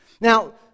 Now